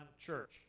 church